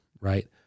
right